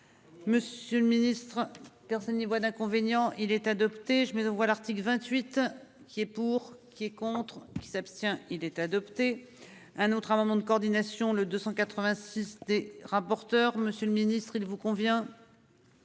Monsieur le Ministre, car ça n'y voit d'inconvénient, il est adopté, je on voit l'article 28 qui est pour qui est contre qui s'abstient. Il est adopté. Un autre amendement de coordination. Le 286 des rapporteurs, monsieur le ministre, il vous convient.